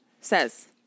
says